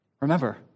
Remember